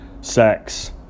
sex